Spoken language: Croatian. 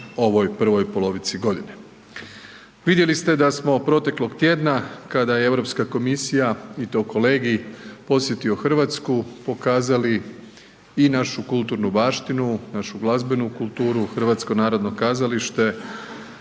ovoj prvoj polovici godine. Vidjeli ste da smo proteklog tjedna kada je Europska komisija i to kolegij posjetio RH, pokazali i našu kulturnu baštinu, našu glazbenu kulturu, HNK, to je bio samo